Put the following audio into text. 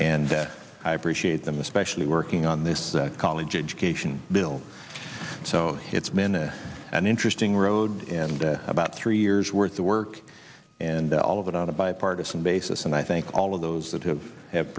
and i appreciate them especially working on this college education bill so it's an interesting road and about three years worth the work and all of it on a bipartisan basis and i thank all of those that have have